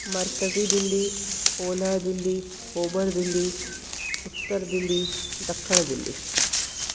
मर्कज़ी दिल्ली ओलह दिल्ली ओभर दिल्ली उत्तर दिल्ली ॾखिण दिल्ली